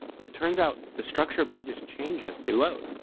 but it turns out the structure of pages change as they load.